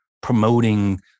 promoting